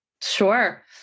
Sure